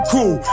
Cool